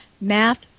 Math